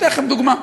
אני אתן לכם דוגמה: